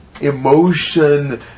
emotion